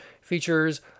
features